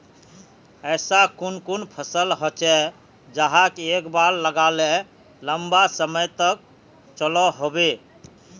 ऐसा कुन कुन फसल होचे जहाक एक बार लगाले लंबा समय तक चलो होबे?